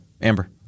Amber